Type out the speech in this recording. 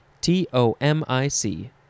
T-O-M-I-C